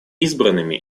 избранными